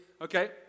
okay